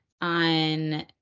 on